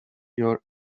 your